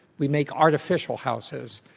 we make artificial houses.